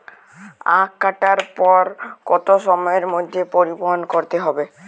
আখ কাটার পর কত সময়ের মধ্যে পরিবহন করতে হবে?